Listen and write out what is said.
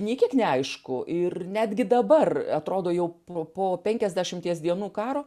nei kiek neaišku ir netgi dabar atrodo jau po penkiasdešimties dienų karo